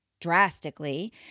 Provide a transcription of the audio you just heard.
drastically